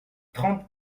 trente